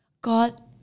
God